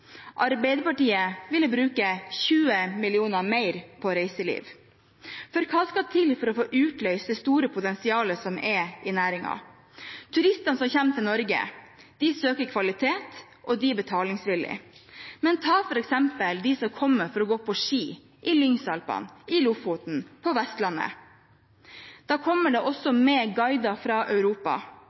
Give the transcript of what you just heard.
Arbeiderpartiet ville bruke 20 mill. kr mer på reiseliv. Hva skal til for å få utløst det store potensialet som er i næringen? Turistene som kommer til Norge, søker kvalitet, og de er betalingsvillige. Men ta f.eks. de som kommer for å gå på ski – i Lyngsalpene, i Lofoten, på Vestlandet. Da kommer det også med guider fra Europa,